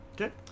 Okay